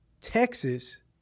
Texas